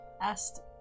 asked